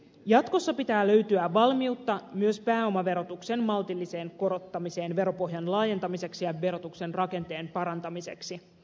jatkossa pitää löytyä valmiutta myös pääomaverotuksen maltilliseen korottamiseen veropohjan laajentamiseksi ja verotuksen rakenteen parantamiseksi